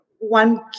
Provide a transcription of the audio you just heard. One